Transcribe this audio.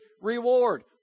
reward